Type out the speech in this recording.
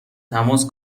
تماس